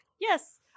Yes